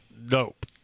Nope